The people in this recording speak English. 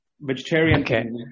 Vegetarian